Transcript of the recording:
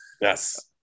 Yes